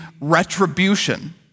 retribution